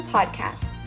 Podcast